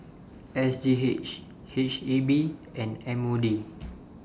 S G H H E B and M O D